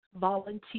volunteer